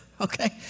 okay